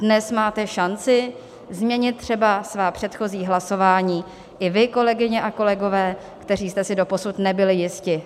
Dnes máte šanci změnit třeba svá předchozí hlasování i vy, kolegyně a kolegové, kteří jste si doposud nebyli jisti.